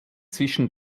zwischen